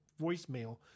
voicemail